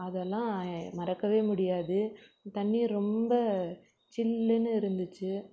அதெல்லாம் மறக்கவே முடியாது தண்ணீர் ரொம்ப சில்லுன்னு இருந்துச்சு